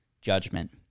judgment